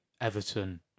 Everton